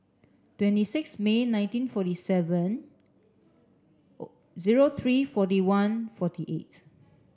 twenty six May nineteen forty seven zero three forty one forty eight